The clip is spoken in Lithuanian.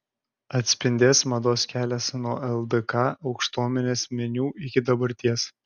atsispindės mados kelias nuo ldk aukštuomenės menių iki dabarties